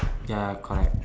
ya correct